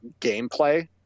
gameplay